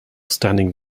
standing